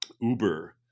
Uber